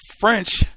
French